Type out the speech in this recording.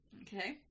okay